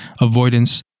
avoidance